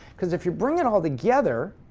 because if you're bring it all together,